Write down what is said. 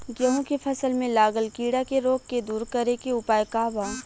गेहूँ के फसल में लागल कीड़ा के रोग के दूर करे के उपाय का बा?